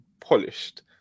polished